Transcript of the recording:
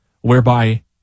whereby